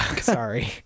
Sorry